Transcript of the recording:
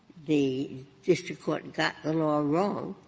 the district court and got the law wrong,